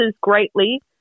greatly